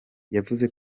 yavuze